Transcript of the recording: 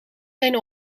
zijn